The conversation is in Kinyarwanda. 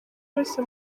wese